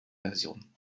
version